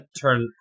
turn